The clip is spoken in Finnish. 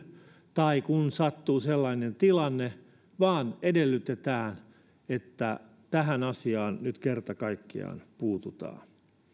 tai kun sattuu sellainen tilanne vaan edellytetään että tähän asiaan nyt kerta kaikkiaan puututaan